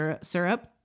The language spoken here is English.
syrup